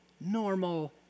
normal